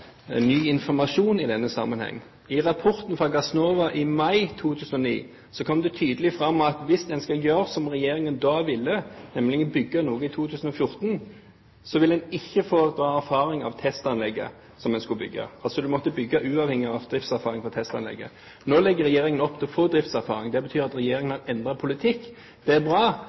tydelig fram at hvis en skulle gjøre som regjeringen da ville, nemlig bygge noe i 2014, ville en ikke dra erfaringer fra det testanlegget som en skulle bygge – altså, en måtte bygge uavhengig av driftserfaringer fra testanlegget. Nå legger regjeringen opp til å få driftserfaring. Det betyr at regjeringen har endret politikk. Det er bra,